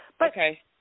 Okay